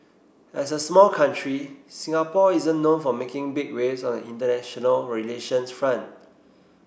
as a small country Singapore isn't known for making big waves on the international relations front